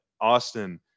Austin